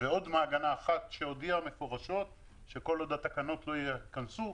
ועוד מעגנה אחת שהודיעה מפורשות שכל עוד התקנות לא ייכנסו,